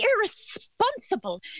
irresponsible